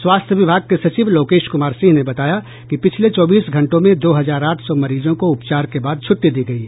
स्वास्थ्य विभाग के सचिव लोकेश कुमार सिंह ने बताया कि पिछले चौबीस घंटों में दो हजार आठ सौ मरीजों को उपचार के बाद छुट्टी दी गयी